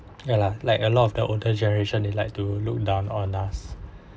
ya lah like a lot of the older generation they like to look down on us